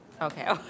Okay